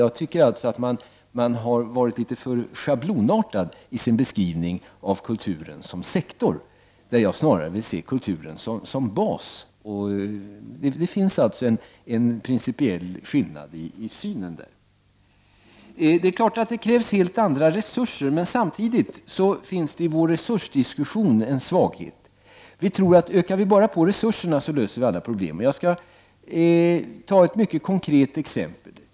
Gruppen har varit litet schablonartad i sin beskrivning av kulturen som sek tor. Jag vill snarare se kulturen som en bas. Det finns alltså en principiell skillnad i synen. Det är klart att det krävs helt andra resurser. Men samtidigt finns det i vår resursdiskussion en svaghet. Vi tror att om vi bara ökar på resurserna så löses alla problem. Men jag skall ge ett konkret exempel.